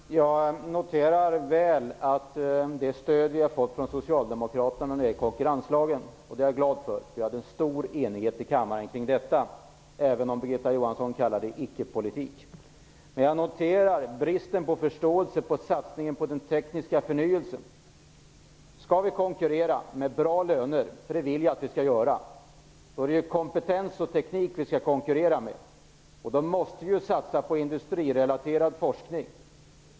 Herr talman! Jag har noterat det stöd vi har fått från Socialdemokraterna när det gäller konkurrenslagen, och det är jag glad för. Det rådde stor enighet i kammaren kring detta, även om Birgitta Johansson kallar det "icke-politik". Jag noterar emellertid också bristen på förståelse för satsningen på teknisk förnyelse. Skall vi konkurrera med bra löner - och det vill jag att vi skall göra - då är det kompetens och teknik vi skall konkurrera med, och då måste vi satsa på industrirelaterad forskning.